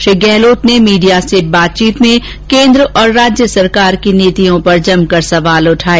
Shri Gehlot media मीडिया से बातचीत में केन्द्र और राज्य सरकार की नीतियों पर जमकर सवाल उठाये